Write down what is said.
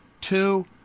two